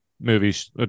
movies